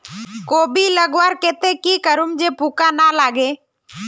कोबी लगवार केते की करूम जे पूका ना लागे?